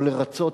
או לרצות,